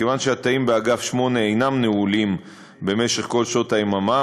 מכיוון שהתאים באגף 8 אינם נעולים במשך כל שעות היממה,